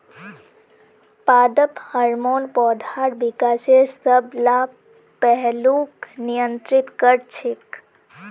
पादप हार्मोन पौधार विकासेर सब ला पहलूक नियंत्रित कर छेक